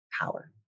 power